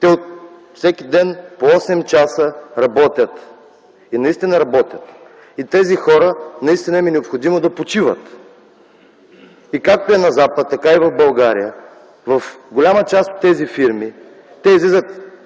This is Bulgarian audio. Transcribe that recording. те всеки ден по 8 часа работят. И наистина работят. И на тези хора наистина им е необходимо да почиват. Както е на запад, така и в България, в голяма част от тези фирми – един